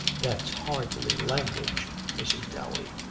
that's hardly language, mrs. dowey